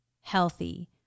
healthy